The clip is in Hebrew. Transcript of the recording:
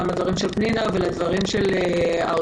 גם לדברים של פנינה שרביט ברוך ולדברים של העותרות,